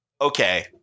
okay